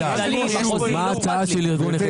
מה ההצעה של ארגון נכי